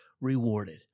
rewarded